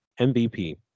MVP